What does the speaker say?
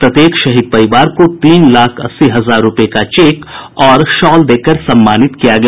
प्रत्येक शहीद परिवार को तीन लाख अस्सी हजार रूपये का चेक और शॉल देकर सम्मानित किया गया